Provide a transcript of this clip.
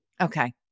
Okay